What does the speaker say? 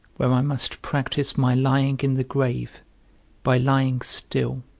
where i must practise my lying in the grave by lying still,